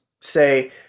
say